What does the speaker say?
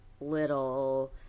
little